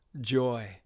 joy